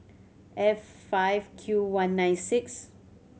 F five Q one nine six